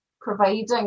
providing